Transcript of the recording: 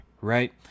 right